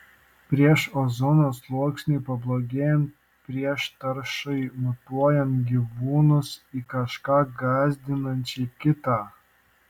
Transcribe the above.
prieš ozono sluoksniui pablogėjant prieš taršai mutuojant gyvūnus į kažką gąsdinančiai kitą